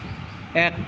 এক